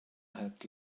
had